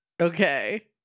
Okay